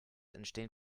entstehen